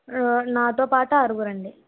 నాతో పాటు ఆరుగురండి